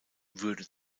würde